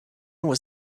was